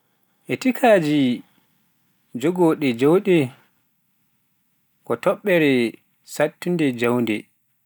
Etikaaji jogaade jawdi ko toɓɓere saɗtunde, jeewte.